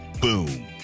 boom